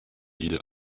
leader